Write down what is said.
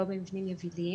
לא במבנים יבילים